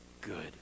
good